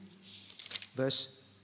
verse